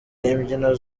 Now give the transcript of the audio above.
imbyino